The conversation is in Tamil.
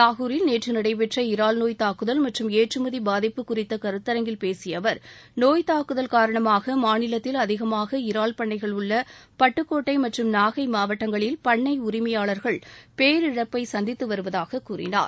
நாகூரில் நேற்று நடைபெற்ற இறால் நோய் தாக்குதல் மற்றும் ஏற்றுமதி பாதிப்பு குறித்த கருத்தரங்கில் பேசிய அவர் நோய் தாக்குதல் காரணமாக மாநிலத்தில் அதிகமாக இறால் பண்ணைகள் உள்ள பட்டுக்கோட்டை மற்றும் நாகை மாவட்டங்களில் பண்ணை உரிமையாளர்கள் பேரிழப்பை சந்தித்து வருவதாகக் கூறினார்